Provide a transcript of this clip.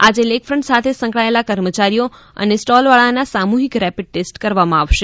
આજે લેઇકફ્રન્ટ સાથે સંકળાયેલા કર્મચારીઓ અને સ્ટોલવાળાના સામૂહિક રેપીડ ટેસ્ટ કરવામાં આવશે